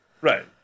Right